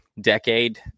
decade